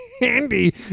Andy